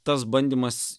tas bandymas